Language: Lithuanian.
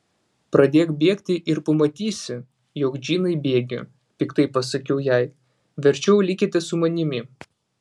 pradėk bėgti ir pamatysi jog džinai bėgi piktai pasakiau jai verčiau likite su manimi